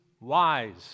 wise